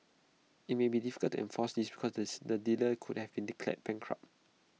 IT may be difficult to enforce this because this the dealer could have been declared bankrupt